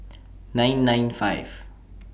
nine nine five